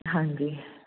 ਹਾਂਜੀ